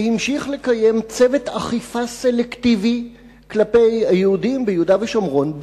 שהמשיך לקיים צוות אכיפה סלקטיבית כלפי יהודים ביהודה ושומרון,